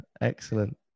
Excellent